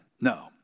No